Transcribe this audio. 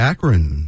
Akron